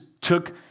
took